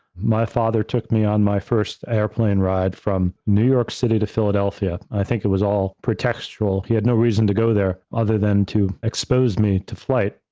my father took me on my first airplane ride from new york city to philadelphia. i think it was all pre-textual, he had no reason to go there other than to expose me to flight.